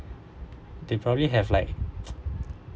they probably have like